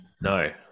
No